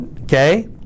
okay